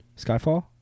Skyfall